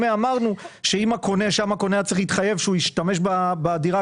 שם הקונה היה צריך להתחייב שהוא ישתמש בדירה